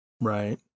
Right